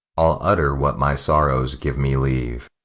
i'll utter what my sorrow gives me leave.